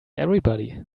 everybody